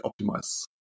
optimize